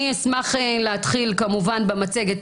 אני אשמח להתחיל במצגת,